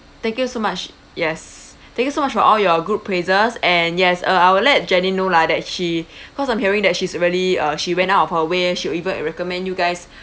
thank you so much yes thank you so much for all your good praises and yes uh I will let jenny know lah that she cause I'm hearing that she's really uh she went out of her way she even recommend you guys